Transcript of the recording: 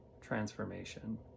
transformation